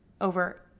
over